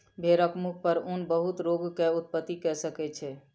भेड़क मुख पर ऊन बहुत रोग के उत्पत्ति कय सकै छै